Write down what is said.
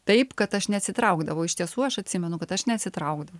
taip kad aš neatsitraukdavau iš tiesų aš atsimenu aš neatsitraukdavau